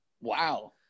wow